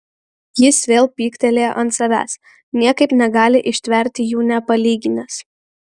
jis vėl pyktelėjo ant savęs niekaip negali ištverti jų nepalyginęs